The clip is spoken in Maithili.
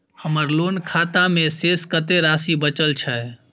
हमर लोन खाता मे शेस कत्ते राशि बचल छै?